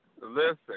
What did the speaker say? Listen